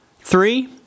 Three